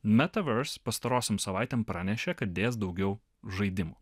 metaverse pastarosiom savaitėm pranešė kad dės daugiau žaidimų